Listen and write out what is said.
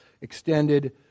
extended